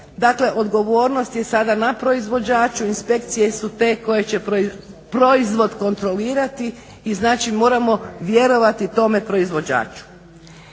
dakle odgovornost je sada na proizvođaču, inspekcije su te koje će proizvod kontrolirati i moramo vjerovati tome proizvođaču.